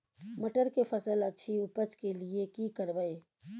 मटर के फसल अछि उपज के लिये की करबै?